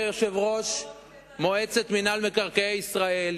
כיושב-ראש מינהל מקרקעי ישראל,